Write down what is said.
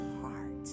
heart